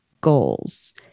goals